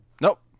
Nope